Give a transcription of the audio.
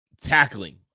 tackling